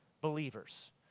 believers